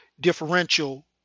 differential